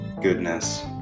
goodness